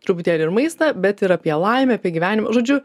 truputėlį ir maistą bet ir apie laimę apie gyvenimą žodžiu